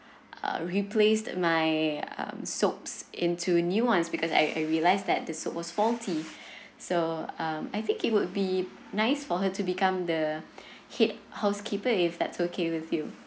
uh replaced my um soups into new [one] because I I realized that the soup was faulty so um I think it would be nice for her to become the head housekeeper if that's okay with you